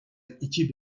iki